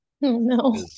No